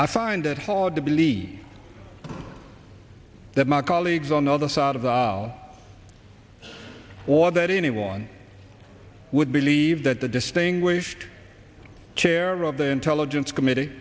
i find it hard to believe that my colleagues on the other side of the aisle or that anyone would believe that the distinguished chair of the intelligence committe